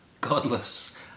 godless